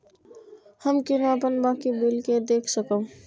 हम केना अपन बाकी बिल के देख सकब?